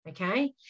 okay